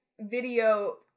video